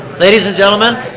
ladies and gentlemen,